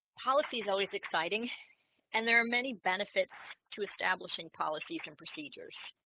policy is always exciting and there are many benefits to establishing policies and procedures